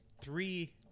three –